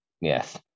Yes